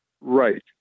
Right